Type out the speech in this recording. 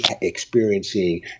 experiencing